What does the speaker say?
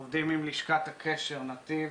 אנחנו עובדים עם לשכת הקשר 'נתיב'